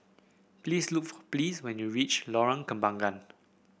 please look for Pleas when you reach Lorong Kembangan